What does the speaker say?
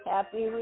Happy